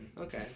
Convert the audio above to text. Okay